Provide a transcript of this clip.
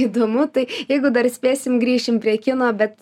įdomu tai jeigu dar spėsim grįšim prie kino bet